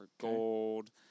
Gold